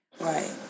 Right